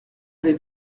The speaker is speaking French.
les